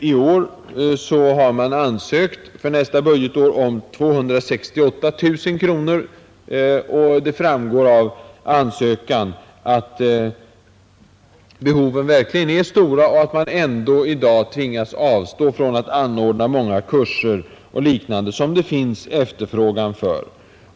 I år har man för nästa budgetår ansökt om 268 000 kronor, och det framgår av ansökan att behoven verkligen är stora och att man ändå i dag tvingas avstå från att anordna många kurser och liknande som det finns efterfrågan på.